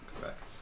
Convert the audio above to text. Correct